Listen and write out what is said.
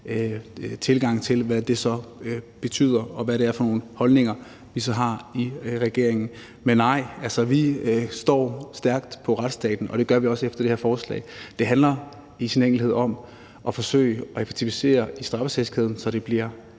tilgange til, hvad det så betyder, og hvad det er for nogle holdninger, vi så har i regeringen. Men altså, vi står stærkt på retsstaten, og det gør vi også efter det her forslag. Det handler i al sin enkelhed om at forsøge at effektivisere straffesagskæden, så det bliver